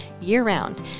year-round